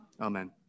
Amen